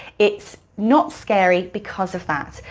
it's not scary because of that,